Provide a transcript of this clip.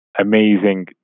Amazing